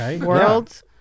world